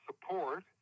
support